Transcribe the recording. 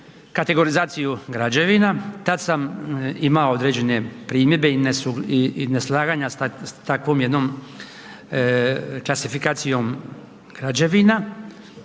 kategorizaciju građevina, tad sam imao određene primjedbe i neslaganja s takvom jednom klasifikacijom građevina.